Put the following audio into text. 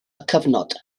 cyfnod